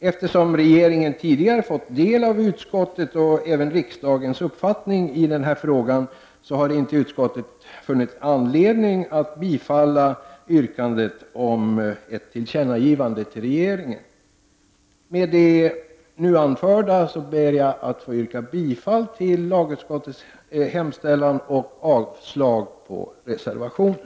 Eftersom regeringen tidigare har fått del av utskottets och även riksdagens uppfattning i denna fråga, har utskottet emellertid inte funnit anledning att biträda yrkandet om ett tillkännagivande till regeringen. Med det nu anförda ber jag att få yrka bifall till lagutskottets hemställan och avslag på reservationen.